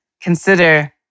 consider